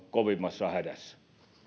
kovimmassa hädässä